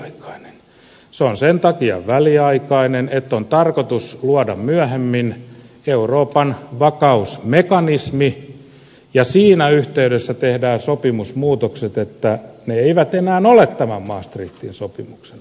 se on sen takia väliaikainen että on tarkoitus luoda myöhemmin euroopan vakausmekanismi ja siinä yhteydessä tehdään sopimusmuutokset että ne eivät enää ole tämän maastrichtin sopimuksen vastaisia